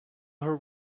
her